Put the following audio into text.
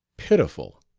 pitiful!